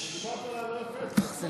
האם אני